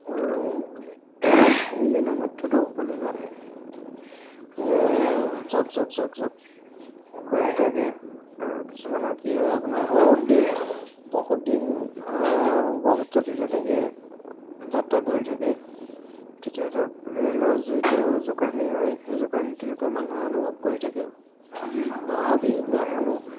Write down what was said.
আৰু ইঞ্জিনৰ মাতটোতো সকলোৱে জানেই যে জক জক জক জক গৈ থাকে আৰু কিছুমানৰ কি হয় আপোনাৰ বহুত দেৰি বহুত দিন বহুত ৰাতি তেনেকৈ যাত্ৰা কৰি থাকে তেতিয়া ধৰক ৰেলৰ যিটো জোকাৰণি হয় সেই জোকাৰণিটো মানুহে অনুভৱ কৰি থাকে অহাৰ পিছদিনাখনো